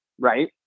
Right